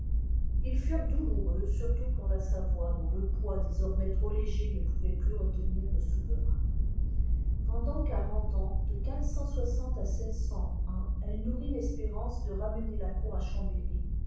ils furent douloureux surtout pour la savoie dont le poids désormais trop léger ne pouvait plus retenir le souverain pendant quarante ans de à elle nourrit l'espérance de ramener la cour à chambéry